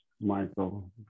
Michael